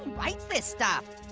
writes this stuff?